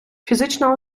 фізична